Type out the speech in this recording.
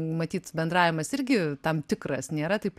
matyt bendravimas irgi tam tikras nėra taip